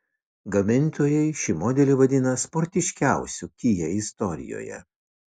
gamintojai šį modelį vadina sportiškiausiu kia istorijoje